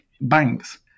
banks